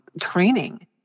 training